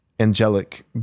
angelic